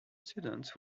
students